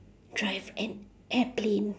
drive an airplane